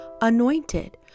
anointed